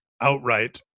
outright